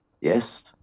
Yes